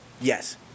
yes